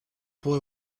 boy